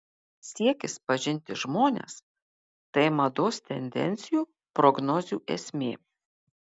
siekis pažinti žmones tai mados tendencijų prognozių esmė